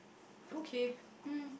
okay